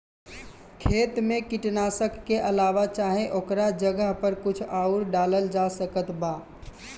खेत मे कीटनाशक के अलावे चाहे ओकरा जगह पर कुछ आउर डालल जा सकत बा?